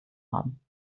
haben